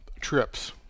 trips